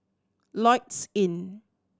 Lloyds Inn